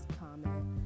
comment